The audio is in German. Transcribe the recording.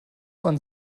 man